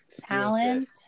Talent